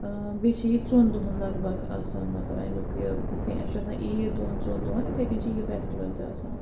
ٲں بیٚیہِ چھِ یہِ ژۄن دۄہَن لگ بھگ آسان مطلب اَمیٛک یہِ یِتھ کٔنۍ اسہِ چھِ آسان عیٖد دۄن ژۄن دۄہَن یِتھے کٔنۍ چھِ یہِ فیٚسٹِوَل تہِ آسان